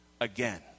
again